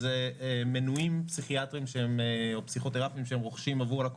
חישבו על זה על סמך השנים שקדמו לקורונה.